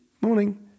Morning